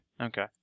Okay